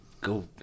go